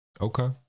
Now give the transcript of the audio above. Okay